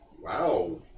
wow